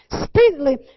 speedily